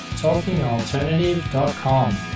talkingalternative.com